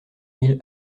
mille